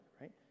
right